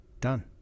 Done